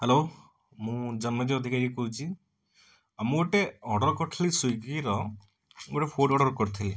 hello ମୁଁ ଜନ୍ମଜୟ ଅଧିକାରୀ କହୁଛି ଆଉ ମୁଁ ଗୋଟେ ଅର୍ଡ଼ର କରିଥିଲି ସ୍ବୀଗିର ଗୋଟେ ଫୁଡ଼ ଅର୍ଡ଼ର କରିଥିଲି